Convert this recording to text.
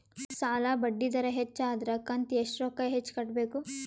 ಸಾಲಾ ಬಡ್ಡಿ ದರ ಹೆಚ್ಚ ಆದ್ರ ಕಂತ ಎಷ್ಟ ರೊಕ್ಕ ಹೆಚ್ಚ ಕಟ್ಟಬೇಕು?